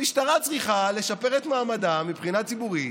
המשטרה צריכה לשפר את מעמדה מבחינה ציבורית.